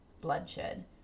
bloodshed